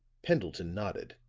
pendleton nodded.